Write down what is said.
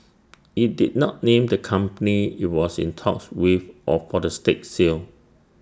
IT did not name the company IT was in talks with or for the stake sale